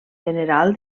general